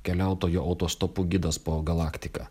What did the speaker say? keliautojo autostopu gidas po galaktiką